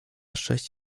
sześć